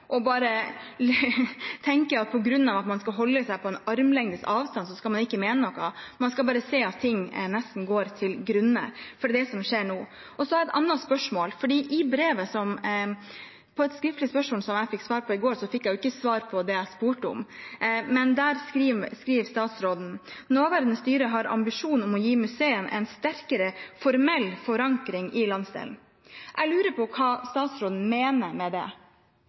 og bare tenker at på grunn av at man skal holde seg på en armlengdes avstand, skal man ikke mene noe, man skal bare se at ting nesten går til grunne. For det er det som skjer nå. Jeg har et annet spørsmål. På et skriftlig spørsmål jeg fikk svar på i går, fikk jeg jo ikke svar på det jeg spurte om, men der skriver statsråden at nåværende styre har ambisjon om å gi museet en sterkere formell forankring i landsdelen. Jeg lurer på hva statsråden mener med det.